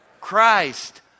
Christ